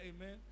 Amen